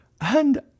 And